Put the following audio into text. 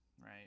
Right